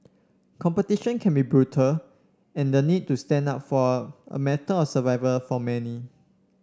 competition can be brutal and the need to stand out for a matter of survival for many